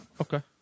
Okay